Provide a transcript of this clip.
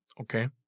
Okay